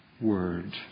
word